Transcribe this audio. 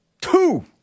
Two